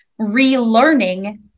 relearning